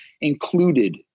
included